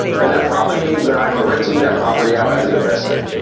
then that probably means that i'm renting that property out as an investment.